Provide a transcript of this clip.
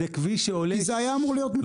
זה היה אמור להיות מתוקצב.